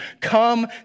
Come